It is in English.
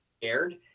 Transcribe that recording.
scared